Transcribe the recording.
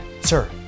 Sir